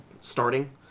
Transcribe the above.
starting